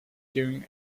during